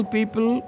people